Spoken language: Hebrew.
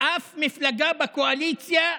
אף מפלגה בקואליציה שאמרה: